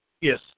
Yes